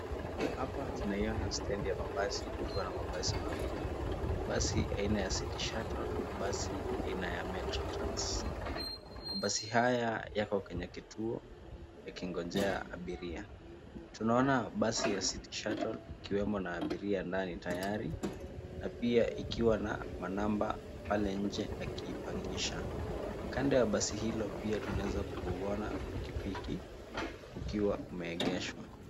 Hapa tunaiona stendi ya mabasi ikiwa na mabasi mawili. Basi aina ya City Shuttle na basi aina ya Metro Trans . Mabasi haya yako kwenye kituo yakingonjea abiria. Tunaona mabasi ya City Shuttle ikiwemo na abiria ndani tayari na pia ikiwa na manamba pale nje akiipangisha. Kando ya mabasi hilo pia tunaeza kuona pikipiki ukiwa umegeshwa.